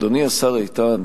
אדוני השר איתן,